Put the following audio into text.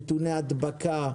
נתוני הדבקה,